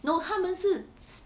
no 他们是